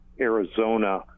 Arizona